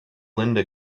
linda